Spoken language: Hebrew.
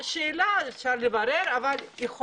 זו שאלה, אפשר לברר, יכול להיות,